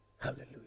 Hallelujah